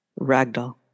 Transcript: Ragdoll